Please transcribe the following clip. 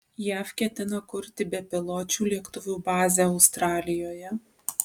jav ketina kurti bepiločių lėktuvų bazę australijoje